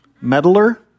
Meddler